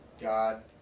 God